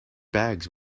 bags